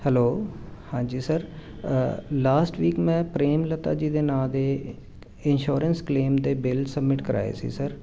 hello ਹਾਂਜੀ sir last week ਮੈਂ ਪ੍ਰੇਮ ਲਤਾ ਜੀ ਦੇ ਨਾਂ 'ਤੇ ਇਨਸ਼ੋਰੈਂਸ ਕਲੇਮ ਦੇ ਬਿੱਲ ਸਬਮਿਟ ਕਰਵਾਏ ਸੀ ਸਰ